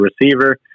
receiver